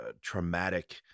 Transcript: traumatic